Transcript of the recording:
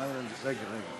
רגע,